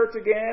again